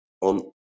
on